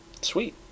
Sweet